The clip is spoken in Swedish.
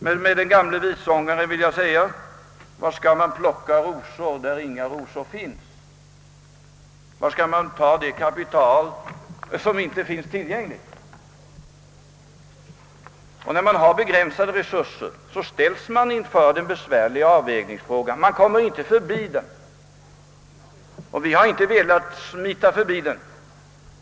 Men med den gamle vissångaren vill jag säga: »Var skall man plocka rosor där inga rosor finns.» Var skall man ta det kapital som inte finns tillgängligt? När man har begränsade resurser, ställs man inför den besvärliga avvägningsfrågan. Man kommer inte förbi den. Vi har inte heller velat smita förbi.